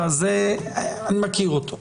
אני מכיר אותו,